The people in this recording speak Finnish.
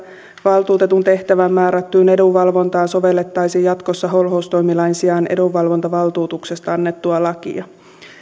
valtuutetun tehtävään määrättyyn edunvalvontaan sovellettaisiin jatkossa holhoustoimilain sijaan edunvalvontavaltuutuksesta annettua lakia